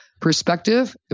perspective